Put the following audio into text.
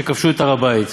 כשכבשו את הר-הבית.